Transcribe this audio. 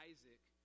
Isaac